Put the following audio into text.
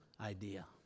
idea